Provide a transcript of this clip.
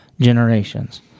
generations